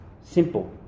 Simple